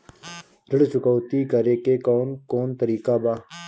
ऋण चुकौती करेके कौन कोन तरीका बा?